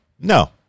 No